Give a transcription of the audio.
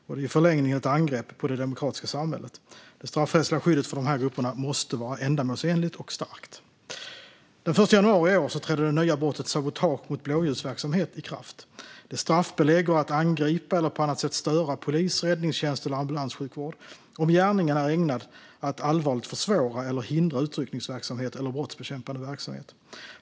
Det är i förlängningen ett angrepp på det demokratiska samhället. Det straffrättsliga skyddet för dessa grupper måste vara ändamålsenligt och starkt. Den 1 januari i år trädde det nya brottet sabotage mot blåljusverksamhet i kraft. Det straffbelägger att angripa eller på annat sätt störa polis, räddningstjänst eller ambulanssjukvård om gärningen är ägnad att allvarligt försvåra eller hindra utryckningsverksamhet eller brottsbekämpande verksamhet.